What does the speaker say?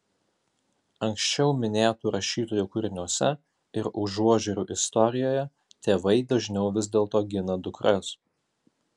anksčiau minėtų rašytojų kūriniuose ir užuožerių istorijoje tėvai dažniau vis dėlto gina dukras